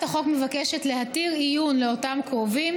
החוק מבקשת להתיר עיון לאותם קרובים,